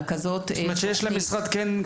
זאת אומרת שיש למשרד כלי פיקוח.